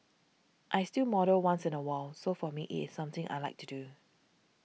I still model once in a while so for me it is something I like to do